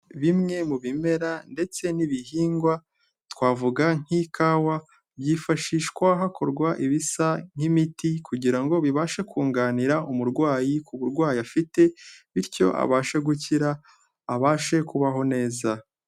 Bimwe mu bimera ndetse n'ibihingwa twavuga nk'ikawa, byifashishwa hakorwa ibisa nk'imiti kugira ngo bibashe kunganira umurwayi ku burwayi afite bityo abashe gukira abashe kubaho neza.